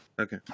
Okay